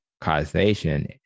causation